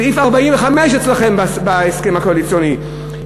סעיף 45 אצלכם בהסכם הקואליציוני: